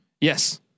Yes